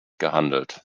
gehandelt